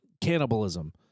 Cannibalism